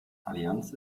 allianz